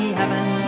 heaven